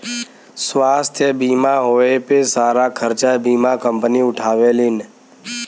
स्वास्थ्य बीमा होए पे सारा खरचा बीमा कम्पनी उठावेलीन